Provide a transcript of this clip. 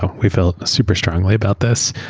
ah we feel super strongly about this.